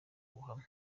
ubuhamya